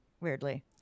Weirdly